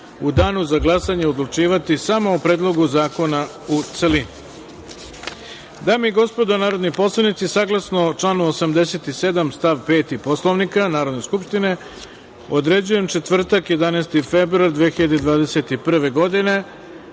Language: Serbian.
u danu za glasanje odlučivati samo o predlogu zakona u